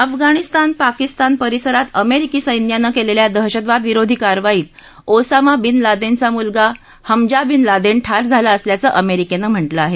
अफगाणिस्तान पाकिस्तान परिसरात अमेरिकी सैन्यानं केलेल्या दहशतवादविरोधी कारवाईत ओसामा बिन लादेन चा मुलगा हमज्रा बिन लादेन ठार झाला असल्याचं अमेरिकेनं म्हटलं आहे